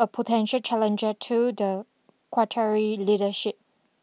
a potential challenger to the Qwatari leadership